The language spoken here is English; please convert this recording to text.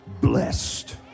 blessed